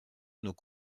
nos